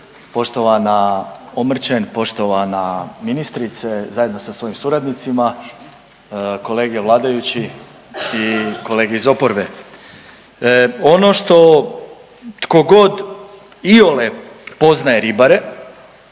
poštovana Omrčen, poštovana ministrice zajedno sa svojim suradnicima, kolege vladajući i kolege iz oporbe. Ono što tkogod iole poznaje ribare